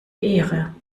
ehre